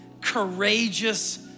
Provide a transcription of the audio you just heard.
courageous